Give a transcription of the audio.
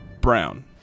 Brown